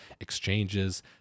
exchanges